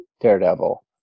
daredevil